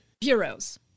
bureaus